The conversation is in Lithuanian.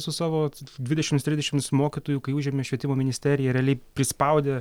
su savo dvidešims trisdešims mokytojų kai užėmė švietimo ministeriją realiai prispaudė